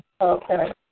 Okay